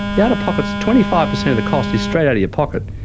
the out of pocket is twenty five percent of the cost is straight out of your pocket.